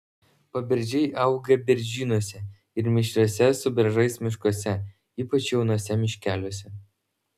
paberžiai auga beržynuose ir mišriuose su beržais miškuose ypač jaunuose miškeliuose